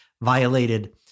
violated